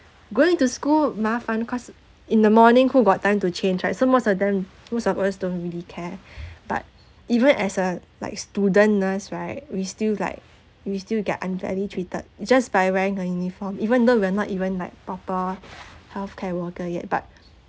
going to school 麻烦 cause in the morning who got time to change right so most of them most of us don't really care but even as a like student nurse right we still like we still get unfairly treated just by wearing a uniform even though we're not even like proper healthcare worker yet but